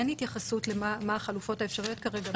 אין התייחסות למה החלופות האפשריות כרגע.